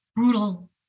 Brutal